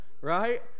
right